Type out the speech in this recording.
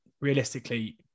realistically